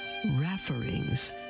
Rafferings